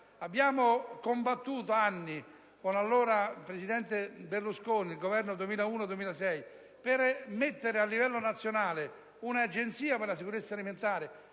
Abbiamo combattuto per anni con il presidente Berlusconi, nel Governo 2001-2006, per creare a livello nazionale un'Agenzia per la sicurezza alimentare,